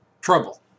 trouble